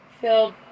filled